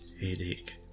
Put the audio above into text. headache